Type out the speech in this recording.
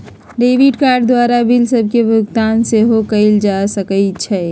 debit card द्वारा bill सभके भुगतान सेहो कएल जा सकइ छै